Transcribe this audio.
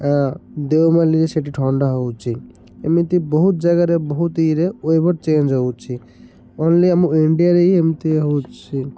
ଦେଓମାଳିରେ ସେଇଠି ଥଣ୍ଡା ହେଉଛିି ଏମିତି ବହୁତ ଜାଗାରେ ବହୁତ ଇରେ ୱେଦର୍ ଚେଞ୍ଜ୍ ହେଉଛି ଓନ୍ଲି ଆମ ଇଣ୍ଡିଆରେ ହିଁ ଏମିତି ହେଉଛିି